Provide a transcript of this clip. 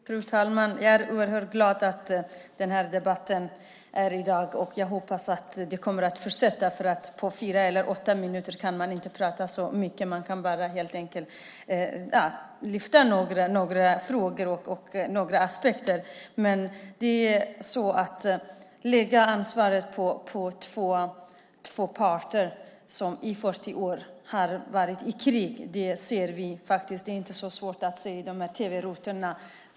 Fru talman! Jag är oerhört glad över debatten här i dag. Jag hoppas den kommer att fortsätta. Man kan inte prata så mycket på fyra eller åtta minuter. Man kan lyfta upp några frågor och några aspekter. Man lägger ansvaret på två parter som tidigare i år har varit i krig. Det är inte så svårt att se i tv-rutorna.